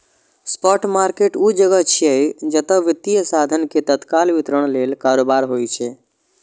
spot market ऊ जगह छियै, जतय वित्तीय साधन के तत्काल वितरण लेल कारोबार होइ छै